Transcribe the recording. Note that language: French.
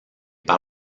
par